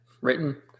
written